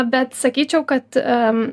bet sakyčiau kad